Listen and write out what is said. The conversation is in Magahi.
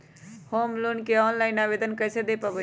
होम लोन के ऑनलाइन आवेदन कैसे दें पवई?